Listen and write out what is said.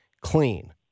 clean